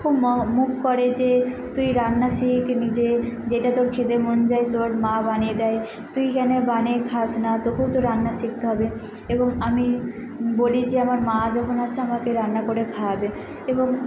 খুব ম মুখ করে যে তুই রান্না শেখ নিজের যেটা তোর খেতে মন যায় তোর মা বানিয়ে দেয় তুই কেনে বানিয়ে খাস না তোকেও তো রান্না শিখতে হবে এবং আমি বলি যে আমার মা যখন আছে আমাকে রান্না করে খায়াবে এবং